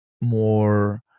more